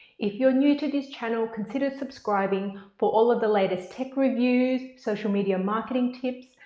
if you're new to this channel consider subscribing for all of the latest tech reviews, social media marketing tips,